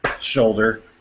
shoulder